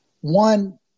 one